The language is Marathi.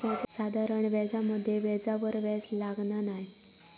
साधारण व्याजामध्ये व्याजावर व्याज लागना नाय